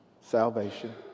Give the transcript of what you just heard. salvation